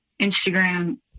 Instagram